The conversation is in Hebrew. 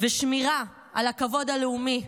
ושמירה על הכבוד הלאומי,